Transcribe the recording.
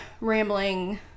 rambling